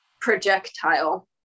projectile